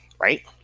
right